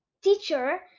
teacher